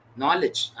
knowledge